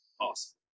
Awesome